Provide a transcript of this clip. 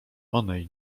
onej